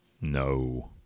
No